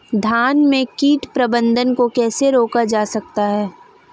धान में कीट प्रबंधन को कैसे रोका जाता है?